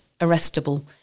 arrestable